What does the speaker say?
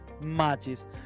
matches